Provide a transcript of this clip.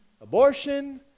abortion